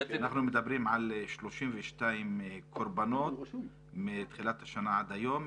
אנחנו מדברים על 32 קורבנות מתחילת השנה עד היום,